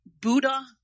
Buddha